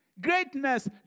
Greatness